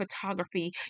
photography